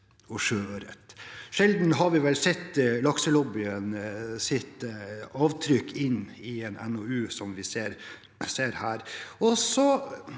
og sjøørret. Sjelden har vi vel sett lakselobbyens avtrykk inn i en NOU som vi ser her.